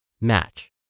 match